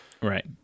Right